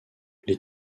les